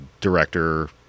director